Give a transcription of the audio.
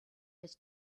his